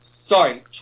Sorry